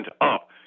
up